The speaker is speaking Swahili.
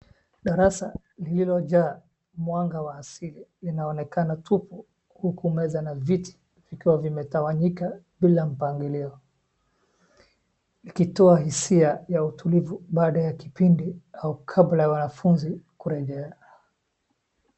Darasa lililojaa mwanga wa asili linaonekana tupu huku meza na viti vikiiwa vimetawanyika bila mpangilio. Ikitoa hisia ya utulivu baada ya kipindi au kabla wanafunzi kurejea.